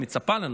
מצפה לנו,